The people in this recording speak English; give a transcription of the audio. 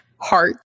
heart